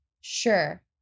Sure